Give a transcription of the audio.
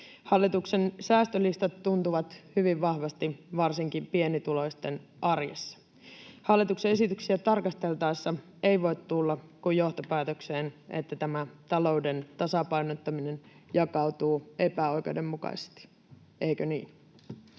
Hallituksen säästölistat tuntuvat hyvin vahvasti varsinkin pienituloisten arjessa. Hallituksen esityksiä tarkasteltaessa ei voi tulla kuin johtopäätökseen, että tämä talouden tasapainottaminen jakautuu epäoikeudenmukaisesti. — Eikö niin?